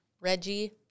Reggie